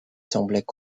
semblaient